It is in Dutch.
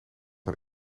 een